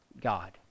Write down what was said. God